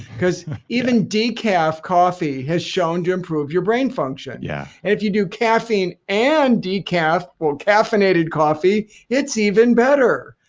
because even decaf coffee has shown to improve your brain function. yeah if you do caffeine and decaf, well caffeinated coffee, it's even better.